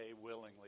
willingly